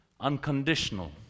Unconditional